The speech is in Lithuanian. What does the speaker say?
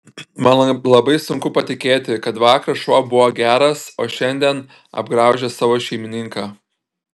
man labai sunku patikėti kad vakar šuo buvo geras o šiandien apgraužė savo šeimininką